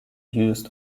used